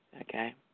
Okay